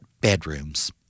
bedrooms